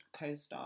CoStar